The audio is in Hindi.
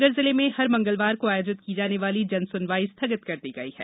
सागर जिले में हर मंगलवार को आयोजित की जाने वाली जनसुनवाई स्थगित कर दी गई है